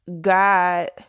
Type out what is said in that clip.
God